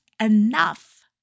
enough